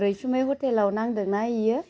रैसुमै हटेलाव नांदोंना बेयो